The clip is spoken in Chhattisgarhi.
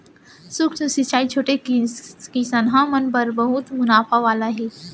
सूक्ष्म सिंचई छोटे किसनहा मन बर बहुत मुनाफा वाला हे